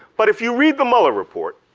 but if you read the mueller report,